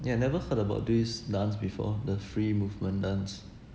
yeah never heard about this dance before the free movement dance